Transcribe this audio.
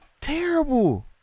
terrible